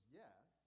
yes